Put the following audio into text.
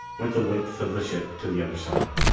went the width of the ship to the other side.